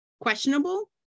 questionable